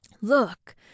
look